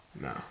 No